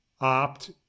opt